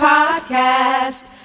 Podcast